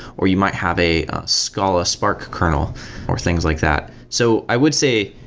or you might have a scala spark kernel or things like that. so i would say,